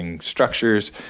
structures